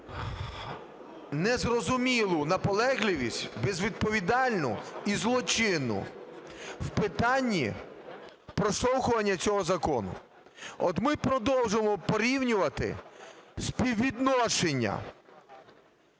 незрозумілу наполегливість, безвідповідальну і злочинну, в питанні проштовхування цього закону. От ми продовжуємо порівнювати співвідношення